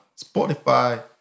Spotify